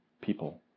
people